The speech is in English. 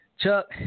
Chuck